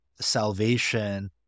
salvation